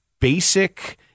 basic